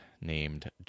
named